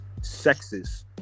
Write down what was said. sexist